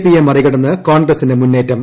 പിയെ മറികടന്ന് കോൺഗ്രസിന് മുന്നേറ്റം